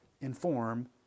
inform